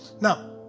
Now